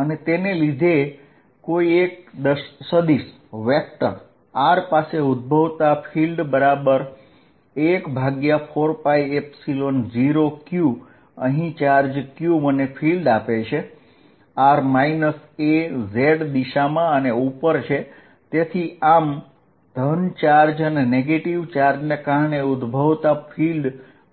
અને તેને લીધે કોઈ એક સદિશ r પાસે ઉદભવતું field Er14π0qr azr az3 qrazraz3